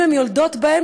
אם הן היו יולדות באמצע,